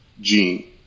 gene